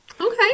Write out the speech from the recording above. Okay